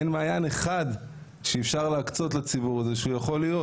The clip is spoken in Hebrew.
אין מעיין אחד שאפשר להקצות לציבור הזה שהוא יכול להיות.